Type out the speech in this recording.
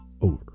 over